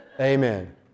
Amen